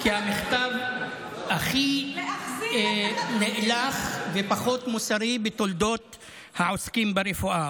כמכתב הכי נאלח ופחות מוסרי בתולדות העוסקים ברפואה.